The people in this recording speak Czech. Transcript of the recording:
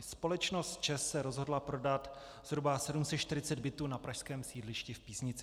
Společnost ČEZ se rozhodla prodat zhruba 740 bytů na pražském sídlišti v Písnici.